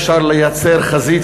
אפשר לייצר חזית,